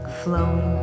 flowing